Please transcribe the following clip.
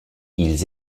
ils